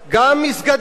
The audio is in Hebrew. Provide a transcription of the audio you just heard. גם מסגדים,